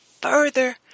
further